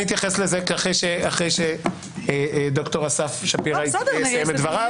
אני אתייחס לזה אחרי שד"ר אסף שפירא יסיים את דבריו.